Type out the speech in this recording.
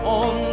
on